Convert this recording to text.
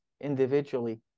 individually